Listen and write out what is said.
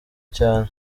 cyane